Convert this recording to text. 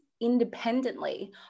independently